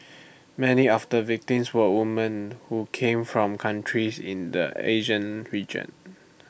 many of the victims were women who came from countries in the Asian region